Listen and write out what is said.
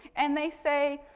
and they say,